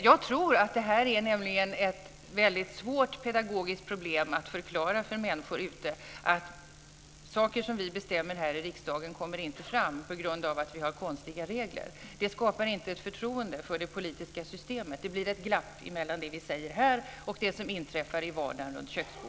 Jag tror att det är ett svårt pedagogiskt problem att förklara för människor ute i landet att saker som vi här i riksdagen bestämmer inte kommer fram på grund av konstiga regler. Det skapar inte ett förtroende för det politiska systemet. Det blir ett glapp mellan det som vi säger här och det som inträffar i vardagen.